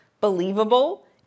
believable